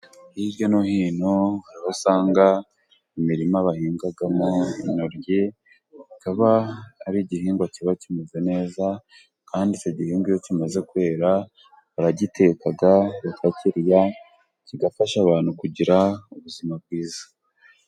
Hirya no hino, aho usanga imirima bahingamo intoryi, ikaba ar'igihingwa kiba kimeze neza, kandi icyo gihingwa iyo kimaze kwera, baragiteka bakakirya kigafasha abantu kugira ubuzima bwiza.